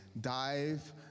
dive